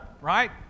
right